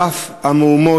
על אף המהומות,